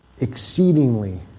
Exceedingly